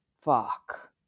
Fuck